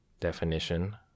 Definition